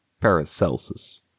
Paracelsus